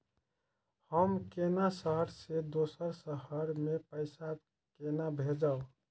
हम केना शहर से दोसर के शहर मैं पैसा केना भेजव?